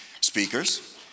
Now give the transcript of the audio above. speakers